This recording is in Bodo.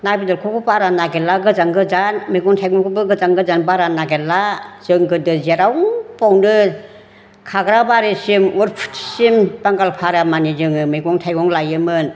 ना बेदरखौबो बारा नागिरला गोजान गोजान मैगं थाइगंखौबो गोजान गोजान बारा नागिरला जों गोदो जेरावबोआवनो खाग्राबारिसिम उरफुथिसिम बांगालफारामानि जों मैगं थायगं लायोमोन